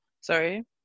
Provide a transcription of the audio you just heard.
sorry